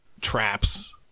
traps